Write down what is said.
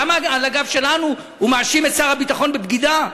למה על הגב שלנו הוא מאשים את שר הביטחון בבגידה?